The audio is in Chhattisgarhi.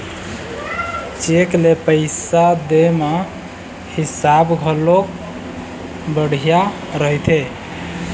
चेक ले पइसा दे म हिसाब घलोक बड़िहा रहिथे